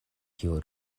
kiu